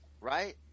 right